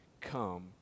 come